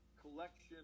collection